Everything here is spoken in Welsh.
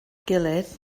gilydd